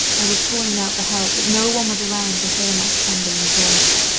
i was calling out for help but no one was around to hear my trembling voice.